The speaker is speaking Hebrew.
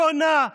שונה,